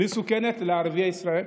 מסוכנת לערביי ישראל,